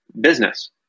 business